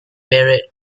beret